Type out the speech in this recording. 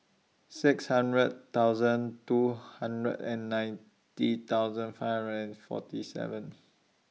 six hundred thousand two hundred and ninety thousand five hundred and forty seven